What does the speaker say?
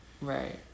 Right